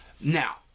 Now